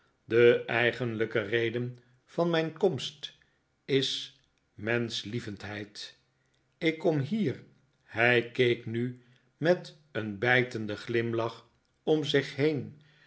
de eigenlijke reden van mijn komst is menschlievendheid ik kom hier hij keek nu met een bijtenden glimlach om zich heen